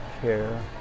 care